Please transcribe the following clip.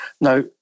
Now